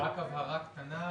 רק הבהרה קטנה.